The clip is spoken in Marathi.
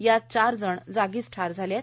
यात चार जण जागीच ठार झालेत